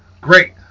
great